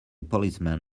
policeman